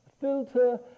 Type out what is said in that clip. filter